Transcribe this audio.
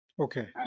okay